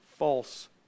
False